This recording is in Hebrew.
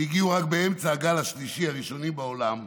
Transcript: שהגיעו רק באמצע הגל השלישי, הראשונים בעולם,